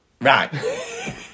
right